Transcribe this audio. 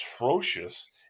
atrocious